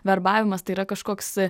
verbavimas tai yra kažkoks